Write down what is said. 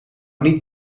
niet